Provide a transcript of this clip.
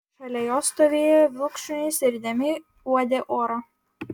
šalia jo stovėjo vilkšunis ir įdėmiai uodė orą